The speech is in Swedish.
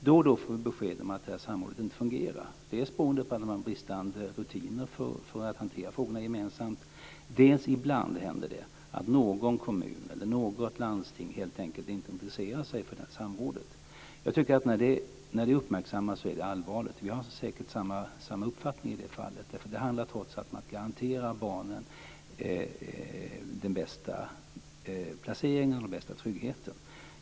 Då och då får vi besked om att detta samråd inte fungerar dels beroende på att man har bristande rutiner för att hantera frågorna gemensamt, dels beroende på att någon kommun eller något landsting ibland helt enkelt inte intresserar sig för detta samråd. Jag tycker att det är allvarligt när det uppmärksammas. Vi har säkert samma uppfattning i det fallet. Det handlar trots allt om att garantera barnen den bästa placeringen och den bästa tryggheten.